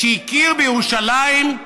שהכיר בירושלים,